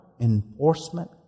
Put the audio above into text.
Enforcement